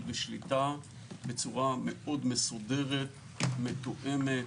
ושליטה בצורה מאוד מסודרת ומתואמת,